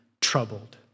troubled